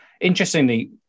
interestingly